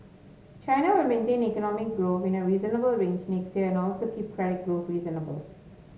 China will maintain economic growth in a reasonable range next year and also keep credit growth reasonable